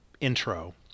intro